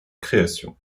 création